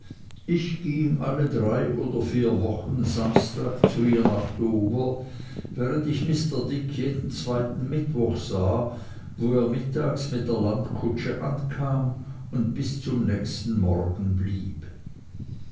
ich ging alle drei oder vier wochen samstags zu ihr nach dover während ich mr dick jeden zweiten mittwoch sah wo er mittags mit der landkutsche ankam und bis zum nächsten morgen blieb